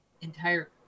entire